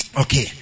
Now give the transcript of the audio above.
Okay